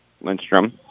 Lindstrom